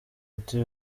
ati